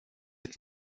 viêt